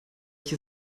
ich